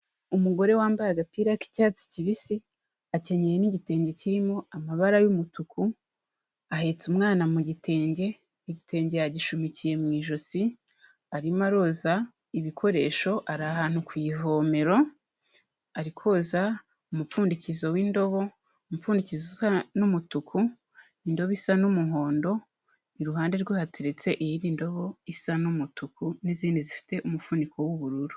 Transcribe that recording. Umugore wambaye agapira k'icyatsi kibisi, akenyeye n'igitenge kirimo amabara y'umutuku, ahetse umwana mu gitenge, igitenge yagishumikiye mu ijosi, arimo aroza ibikoresho ari ahantu ku ivomero, ari koza umupfundikizo w'indobo, umupfundizo usa n'umutuku, indobo isa n'umuhondo, iruhande rwe hateretse iyindi indobo isa n'umutuku n'izindi zifite umufuniko w'ubururu.